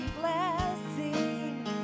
blessing